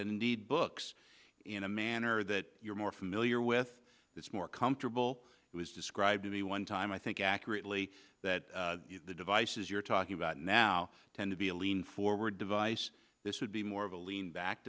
and indeed books in a manner that you're more familiar with this more comfortable was describing the one time i think accurately that the devices you're talking about now tend to be a lean forward device this would be more of a lean back